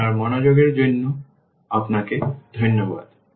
আপনার মনোযোগের জন্য আপনাকে ধন্যবাদ